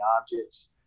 objects